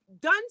done